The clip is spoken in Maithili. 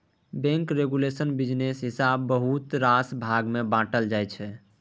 बैंक रेगुलेशन बिजनेस हिसाबेँ बहुत रास भाग मे बाँटल जाइ छै